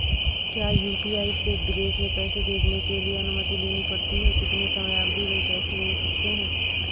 क्या यु.पी.आई से विदेश में पैसे भेजने के लिए अनुमति लेनी पड़ती है कितने समयावधि में पैसे भेज सकते हैं?